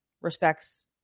respects